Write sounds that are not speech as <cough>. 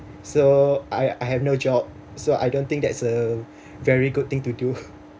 so I I have no job so I don't think that is a very good thing to do <laughs>